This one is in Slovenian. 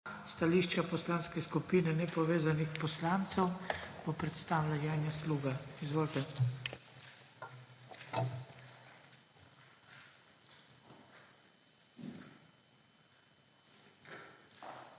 Stališča Poslanske skupine nepovezanih poslancev bo predstavila Janja Sluga. Izvolite.